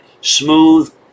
Smooth